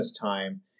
time